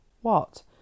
What